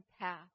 path